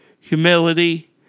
humility